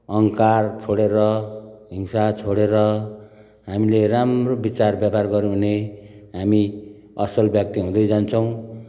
अहङ्कार छोडेर हिंसा छोडेर हामीले राम्रो बिचार व्यवहार गर्यौँ भने हामी असल व्यक्ति हुँदै जान्छौँ